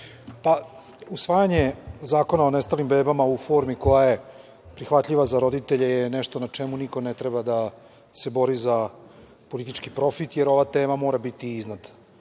predsedavajuća. Usvajanje zakona o nestalim bebama u formi koja je prihvatljiva za roditelje je nešto na čemu niko ne treba se bori za politički profit, jer ova tema mora biti iznad